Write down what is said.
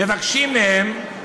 שמבקשים מהם,